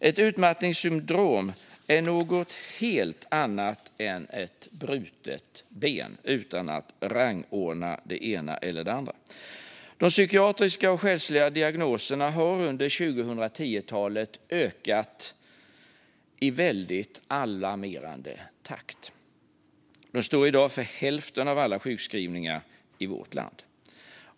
Ett utmattningssyndrom är något helt annat än ett brutet ben, utan att rangordna dem sinsemellan. De psykiatriska och själsliga diagnoserna har under 2010-talet ökat i alarmerande takt. De står i dag för hälften av alla sjukskrivningar i vårt land.